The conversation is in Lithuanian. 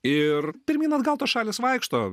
ir pirmyn atgal tos šalys vaikšto